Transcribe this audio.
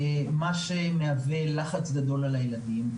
וזה מהווה לחץ גדול על הילדים.